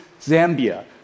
Zambia